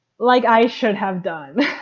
like i should have done.